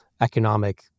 economic